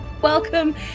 Welcome